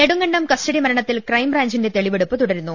Nedumkandam custody മരണത്തിൽ ക്രൈംബ്രാഞ്ചിന്റെ തെളിവെടുപ്പ് തുട രുന്നു